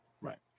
right